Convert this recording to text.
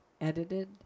edited